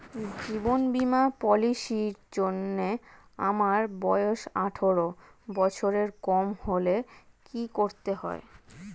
জীবন বীমা পলিসি র জন্যে আমার বয়স আঠারো বছরের কম হলে কি করতে হয়?